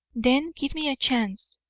then give me a chance,